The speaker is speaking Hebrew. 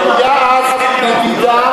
היה אז נדידה,